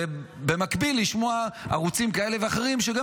ובמקביל לשמוע ערוצים כאלה ואחרים שגם